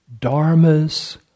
dharmas